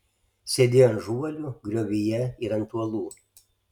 sėdėjo ant žuolių griovyje ir ant uolų